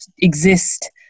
exist